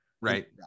Right